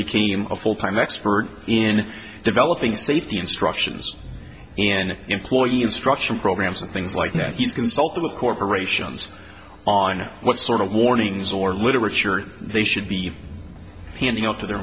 became a full time expert in developing safety instructions and an employee instruction programs and things like that he's consulted with corporations on what sort of warnings or literature they should be handing out to their